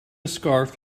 scarf